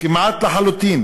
כמעט לחלוטין.